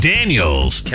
Daniels